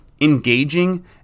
engaging